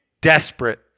desperate